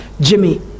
Jimmy